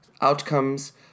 outcomes